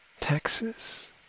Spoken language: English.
Taxes